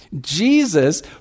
Jesus